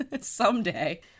Someday